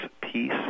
peace